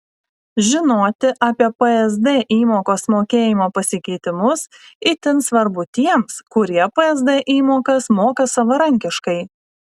žinoti apie psd įmokos mokėjimo pasikeitimus itin svarbu tiems kurie psd įmokas moka savarankiškai